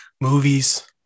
movies